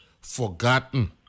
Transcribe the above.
forgotten